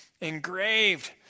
Engraved